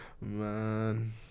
Man